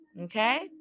okay